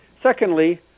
Secondly